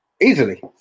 Easily